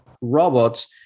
robots